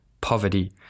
poverty